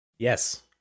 Yes